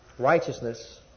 righteousness